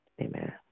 Amen